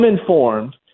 informed